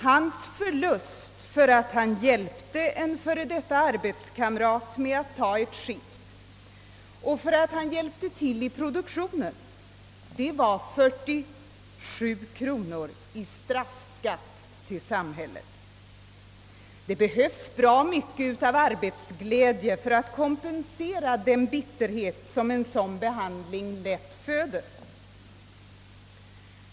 Hans förlust för att han hjälpte en före detta arbetskamrat genom att ta ett skift i veckan och för att han hjälpte till i prouduktionen var 47 kronor i straffskatt till samhället. Det behövs bra mycket av arbetsglädje för att kompensera den bitterhet som en sådan behandling lätt föder.